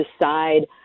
decide